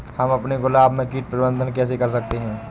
हम अपने गुलाब में कीट प्रबंधन कैसे कर सकते है?